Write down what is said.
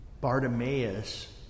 Bartimaeus